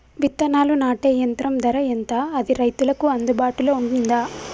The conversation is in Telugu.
విత్తనాలు నాటే యంత్రం ధర ఎంత అది రైతులకు అందుబాటులో ఉందా?